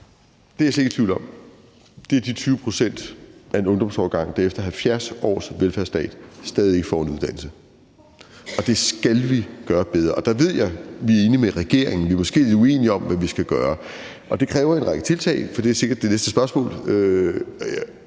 Det er jeg slet ikke i tvivl om. Det er de 20 pct. af en ungdomsårgang, der efter 70 års velfærdsstat stadig ikke får en uddannelse. Det skal vi gøre bedre, og der ved jeg, at vi er enige med regeringen. Vi er måske lidt uenige om, hvad vi skal gøre. Det kræver en række tiltag, for det er sikkert det næste spørgsmål.